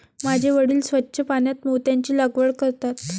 माझे वडील स्वच्छ पाण्यात मोत्यांची लागवड करतात